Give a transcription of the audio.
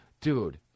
Dude